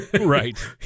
right